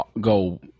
go